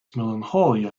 melancholia